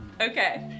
Okay